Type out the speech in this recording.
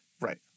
Right